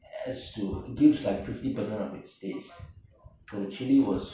as to gives like fifty percent of its taste so the chilli was